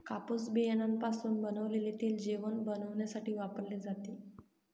कापूस बियाण्यापासून बनवलेले तेल जेवण बनविण्यासाठी वापरले जाते